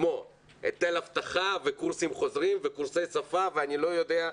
כמו היטל אבטחה וקורסים חוזרים וקורסי שפה ואני לא יודע,